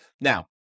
Now